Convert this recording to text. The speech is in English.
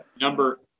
Number